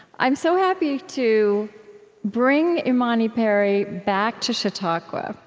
i'm so happy to bring imani perry back to chautauqua.